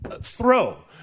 throw